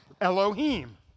Elohim